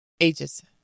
Ages